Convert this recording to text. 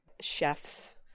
Chefs